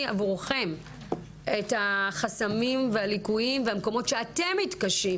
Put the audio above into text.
עבורכם את החסמים והליקויים והמקומות שאתם מתקשים.